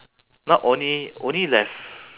now only only left